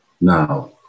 Now